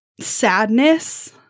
sadness